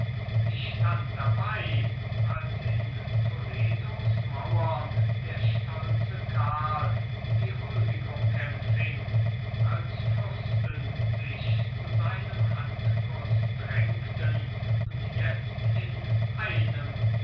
ich stand dabei als in toledos mauern der stolze karl die huldigung empfing als fürsten sich zu seinem handkuß drängten und jetzt in einem